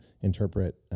interpret